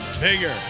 bigger